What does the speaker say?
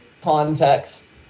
context